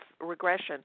regression